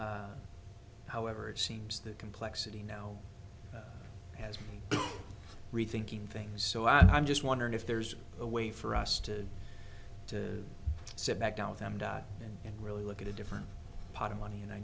me however it seems that complexity now has rethinking things so i'm just wondering if there's a way for us to to sit back down with them die and really look at a different pot of money and i